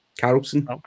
Carlson